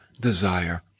desire